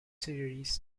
series